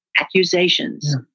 Accusations